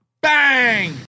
Bang